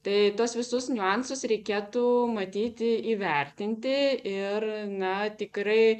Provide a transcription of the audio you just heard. tai tuos visus niuansus reikėtų matyti įvertinti ir na tikrai